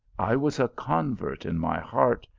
i was a convert in my heart,